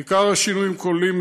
עיקר השינויים כוללים,